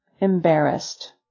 Embarrassed